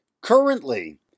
Currently